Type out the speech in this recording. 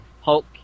Hulk